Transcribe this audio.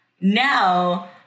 Now